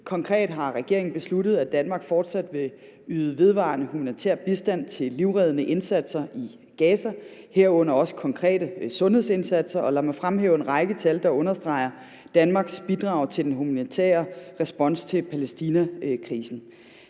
Konkret har regeringen besluttet, at Danmark fortsat vil yde vedvarende humanitær bistand til livreddende indsatser i Gaza, herunder også konkrete sundhedsindsatser. Lad mig fremhæve en række tal, der understreger Danmarks bidrag til den humanitære respons på Palæstinakrisen.